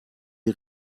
die